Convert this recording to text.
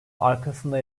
arkasında